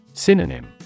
Synonym